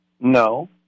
No